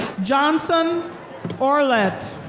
johnson orlett.